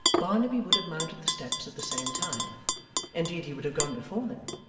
barnaby would have mounted the steps at the same time indeed he would have gone before them,